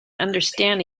understand